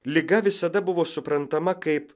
liga visada buvo suprantama kaip